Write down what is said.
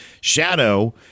shadow